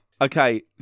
Okay